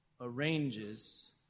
arranges